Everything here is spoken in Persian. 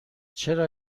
چرا